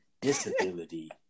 disability